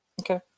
Okay